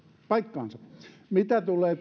paikkaansa mitä tulee